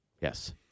Yes